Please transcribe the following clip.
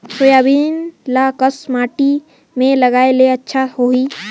Soybean ल कस माटी मे लगाय ले अच्छा सोही?